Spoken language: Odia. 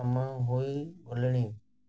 ସମ ହୋଇ ଗଲେଣି